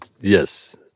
Yes